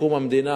בקום המדינה,